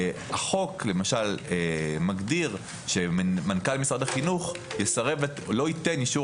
החוק מגדיר שמנכ"ל משרד החינוך לא ייתן אישור